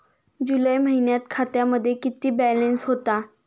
जुलै महिन्यात खात्यामध्ये किती बॅलन्स होता?